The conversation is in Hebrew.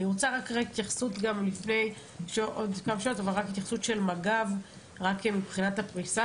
אני רוצה התייחסות של מג"ב מבחינת הפריסה